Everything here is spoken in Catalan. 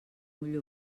ull